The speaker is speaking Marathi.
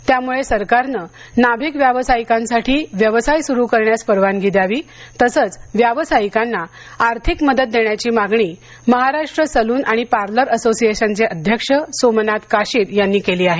त्यामुळे सरकारने नाभिक व्यावसायिकांसाठी व्यवसाय सुरू करण्यास परवानगी द्यावी तसंच व्यावसायिकांना आर्थिक मदत देण्याची मागणी महाराष्ट्र सलून आणि पार्लर असोसिएशनचे अध्यक्ष सोमनाथ काशिद यांनी केली आहे